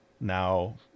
now